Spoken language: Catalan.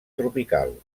tropical